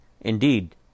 Indeed